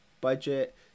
budget